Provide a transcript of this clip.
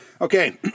Okay